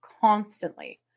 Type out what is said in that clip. Constantly